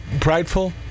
prideful